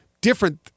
different